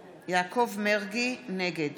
אזולאי, נגד